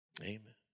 Amen